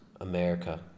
America